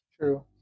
True